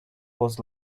was